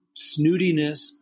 snootiness